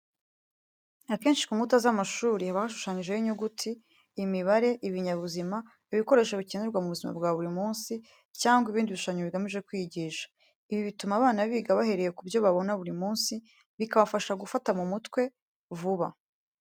Akenshi ku nkuta z'amashuri haba hashushanyijeho inyuguti, imibare, ibinyabuzima, ibikoresho bikenerwa mu buzima bwa buri munsi cyangwa ibindi bishushanyo bigamije kwigisha. Ibi bituma abana biga bahereye ku byo babona buri munsi, bikabafasha gufata mu mutwe vuba.